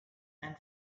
and